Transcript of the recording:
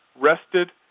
rested